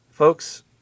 Folks